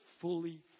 fully